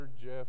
Jeff